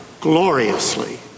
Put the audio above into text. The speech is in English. gloriously